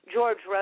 George